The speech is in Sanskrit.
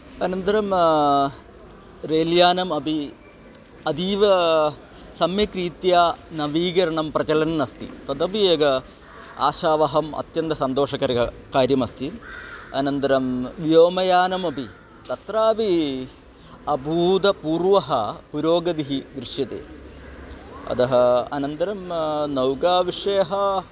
अनन्तरं रेल्यानम् अपि अतीव सम्यक्रीत्या नवीकरणं प्रचलन् अस्ति तदपि एकम् आशावहम् अत्यन्तं सन्तोषकरं कार्यमस्ति अनन्तरं व्योमयानमपि तत्रापि अभूतपूर्वः पुरोगतिः दृश्यते अतः अनन्तरं नौकाविषयः